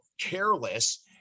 careless